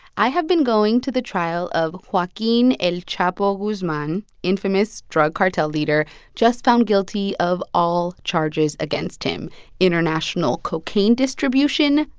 i have been going to the trial of joaquin el chapo guzman, infamous drug cartel leader just found guilty of all charges against him international cocaine distribution,